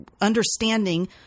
understanding